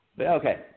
Okay